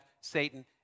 Satan